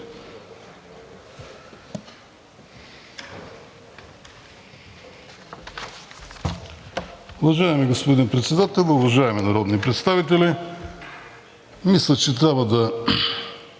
Уважаеми господин Председател, уважаеми народни представители, мисля, че